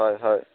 হয় হয়